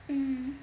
mm